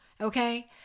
Okay